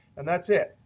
and that's it,